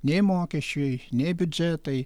nei mokesčiai nei biudžetai